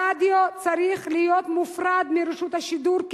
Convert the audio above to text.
הרדיו צריך להיות מופרד מרשות השידור,